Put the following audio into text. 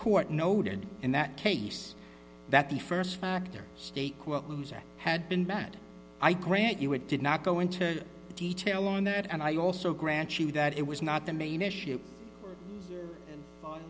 court noted in that case that the st factor stay quote loser had been mad i grant you it did not go into detail on that and i also grant she that it was not the main issue